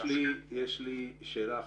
יש לי שאלה לסיום: